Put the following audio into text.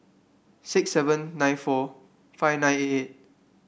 six seven nine four five nine eight eight